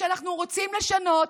וכשאנחנו רוצים לשנות,